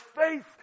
faith